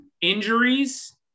Injuries